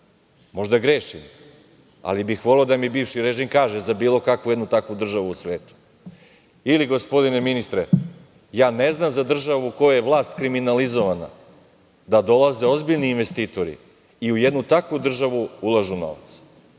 grešim, ali bih voleo da mi bivši režim kaže za bilo kakvu jednu takvu državu u svetu, ili gospodine ministre, ja ne znam za državu u kojoj je vlast kriminalizovana da dolaze ozbiljni investitori i u jednu takvu državu ulažu novac.